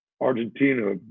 Argentina